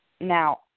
Now